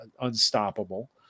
unstoppable